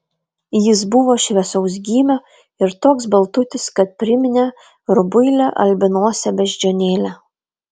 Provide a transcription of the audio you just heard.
jis buvo šviesaus gymio ir toks baltutis kad priminė rubuilę albinosę beždžionėlę